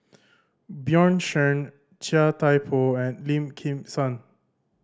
Bjorn Shen Chia Thye Poh and Lim Kim San